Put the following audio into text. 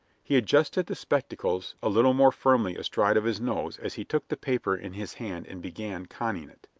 he adjusted the spectacles a little more firmly astride of his nose as he took the paper in his hand and began conning it.